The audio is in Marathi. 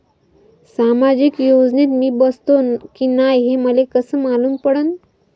सामाजिक योजनेत मी बसतो की नाय हे मले कस मालूम पडन?